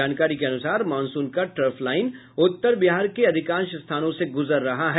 जानकारी के अनुसार मॉनसून का ट्रफ लाइन उत्तर बिहार के अधिकांश स्थानों से गुजर रहा है